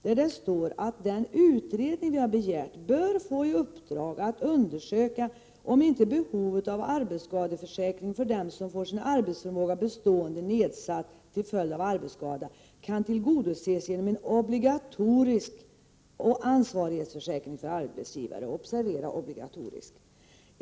Där står det att den utredning vi har begärt ”bör få i uppdrag att undersöka om inte behovet av arbetsskadeförsäkring för dem som får sin arbetsförmåga bestående nedsatt till följd av arbetsskada kan tillgodoses genom en obligatorisk ansvarighetsförsäkring för arbetsgivare”. Observera att det står obligatorisk!